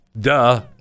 Duh